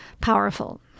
powerful